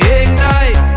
ignite